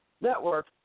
Network